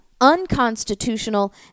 unconstitutional